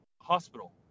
hospital